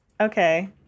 Okay